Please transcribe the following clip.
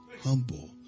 humble